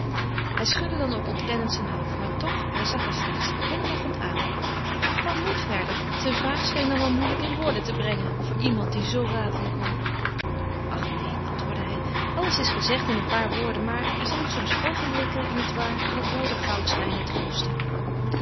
hij schudde dan ook ontkennend zijn hoofd maar toch hij zag haar slechts glimlachend aan hij kwam niet verder zijn vraag scheen dan wel moeilijk in woorden te brengen voor iemand die zoo ratelen kon ach neen antwoorde hij alles is gezegd in een paar woorden maar er zijn soms oogenblikken nietwaar dat woorden goud schijnen te kosten